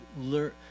learn